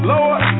Lord